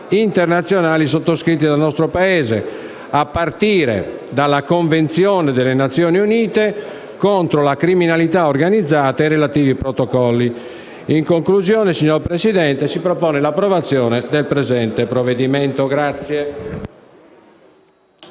internazionali sottoscritti dal nostro Paese, a partire dalla Convenzione delle Nazioni Unite contro la criminalità organizzata e i relativi protocolli. In conclusione, signor Presidente, si propone l'approvazione del provvedimento in